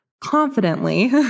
confidently